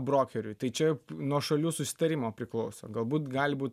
brokeriui tai čia nuo šalių susitarimo priklauso galbūt gali būt